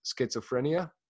schizophrenia